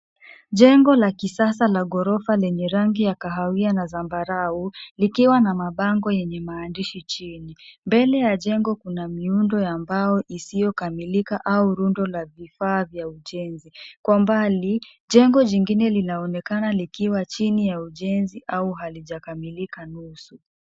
Jengo la kisasa la ghorofa lenye rangi ya kahawia na zambarau likiwa na mabango yenye maandishi chini. Mbele ya jengo kuna miundo ya mbao isiyokamilika au rundo la vifaa vya ujenzi. Kwa mbali, jengo jingine linaonekana likiwa chini ya ujenzi au halijakamilika nusu.